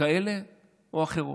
כאלה או אחרות.